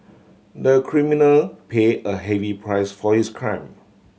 the criminal pay a heavy price for his crime